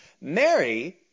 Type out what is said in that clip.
Mary